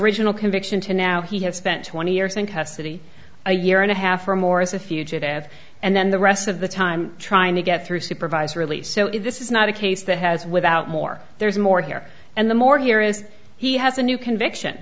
original conviction to now he has spent twenty years in custody a year and a half or more as a fugitive and then the rest of the time trying to get through supervised release so if this is not a case that has without more there's more here and the more here is he has a new conviction